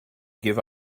give